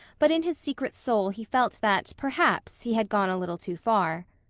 but in his secret soul he felt that, perhaps, he had gone a little too far.